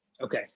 okay